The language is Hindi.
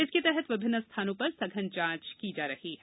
इसके तहत विभिन्न स्थानों पर सघन जांच की जा रही है